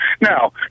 Now